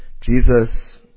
Jesus